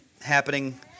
happening